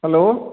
hello